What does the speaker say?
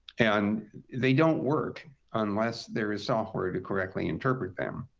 and they don't work unless there is software to correctly interpret them.